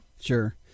Sure